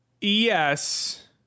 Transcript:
Yes